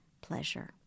pleasure